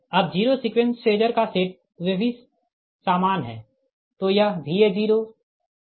अब zero sequence phasor का set वे सभी सामान है